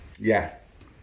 Yes